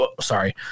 Sorry